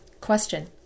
Question